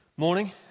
Morning